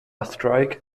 strike